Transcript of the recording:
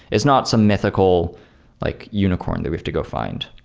it's not some mythical like unicorn that we have to go find